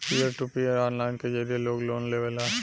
पियर to peer में online के जरिए लोग लोन लेवेला